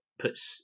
puts